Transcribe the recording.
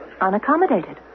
unaccommodated